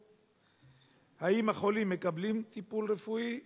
3. האם החולים מקבלים טיפול רפואי?